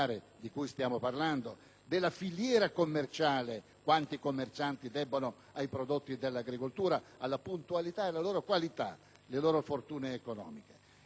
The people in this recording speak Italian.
della filiera commerciale (quanti commercianti debbono ai prodotti dell'agricoltura, alla puntualità e alla loro qualità le loro fortune economiche), dei trasporti